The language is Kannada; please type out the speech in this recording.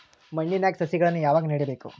ಮಣ್ಣಿನ್ಯಾಗ್ ಸಸಿಗಳನ್ನ ಯಾವಾಗ ನೆಡಬೇಕು?